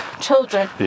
children